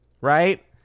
right